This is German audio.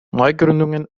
neugründungen